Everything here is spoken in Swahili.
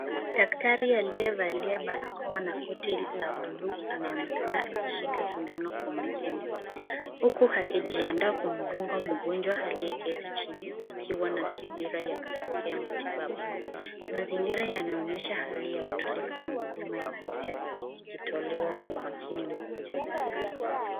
Daktari aliyevalia barakoa na koti la buluu anaonekana akishika sindano kwa makini uku akijiadaa kumdunga mgonjwa aliyeketi chini akiwa na subira ya kupokea matibabu. Mazingira yanaonyesha hali ya utulivu na huduma ya afya ikitolewa kwa umakini mkubwa.